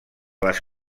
les